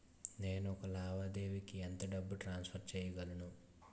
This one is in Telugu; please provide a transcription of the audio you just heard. నేను ఒక లావాదేవీకి ఎంత డబ్బు ట్రాన్సఫర్ చేయగలను?